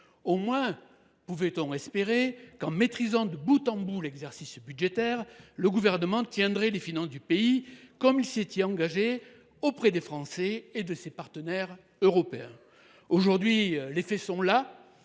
Au moins pouvait on espérer que, en maîtrisant de bout en bout l’exercice budgétaire, le Gouvernement tiendrait les finances du pays, comme il s’y est engagé auprès des Français et de ses partenaires européens. Aujourd’hui, les faits sont là.